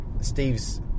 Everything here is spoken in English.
Steve's